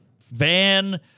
van